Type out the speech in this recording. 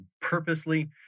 purposely